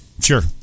Sure